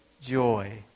joy